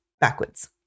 backwards